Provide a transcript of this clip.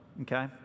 okay